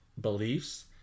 beliefs